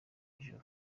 ijoro